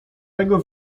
tego